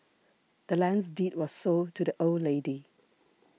the land's deed was sold to the old lady